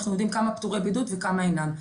אנחנו יודעים כמה פטורי בידוד וכמה אינם.